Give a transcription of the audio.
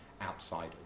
outside